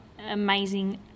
amazing